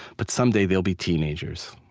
but someday, they'll be teenagers,